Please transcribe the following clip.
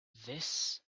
this